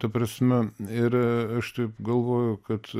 ta prasme ir aš taip galvojau kad